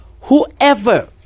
Whoever